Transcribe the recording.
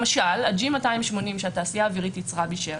למשל ה-G280 שהתעשייה האווירית ייצרה בשעתו,